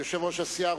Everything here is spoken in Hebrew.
יושב-ראש הסיעה,